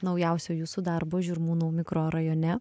naujausio jūsų darbo žirmūnų mikrorajone